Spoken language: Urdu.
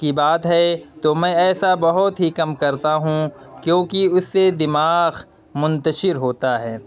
کی بات ہے تو میں ایسا بہت ہی کم کرتا ہوں کیوںکہ اس سے دماغ منتشر ہوتا ہے